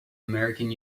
american